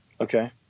okay